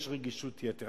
יש רגישות יתר,